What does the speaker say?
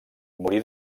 morí